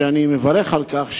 ואני מברך על כך,